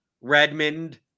Redmond